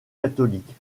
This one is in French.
catholique